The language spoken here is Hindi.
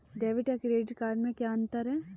डेबिट या क्रेडिट कार्ड में क्या अन्तर है?